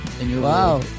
Wow